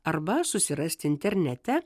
arba susirasti internete